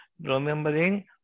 Remembering